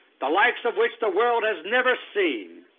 the likes of which the world has never seen.